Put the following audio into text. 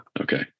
okay